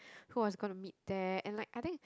who was gonna meet there and like I think